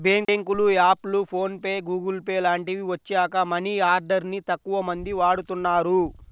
బ్యేంకుల యాప్లు, PhonePe, Google Pay లాంటివి వచ్చాక మనీ ఆర్డర్ ని తక్కువమంది వాడుతున్నారు